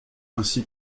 ainsi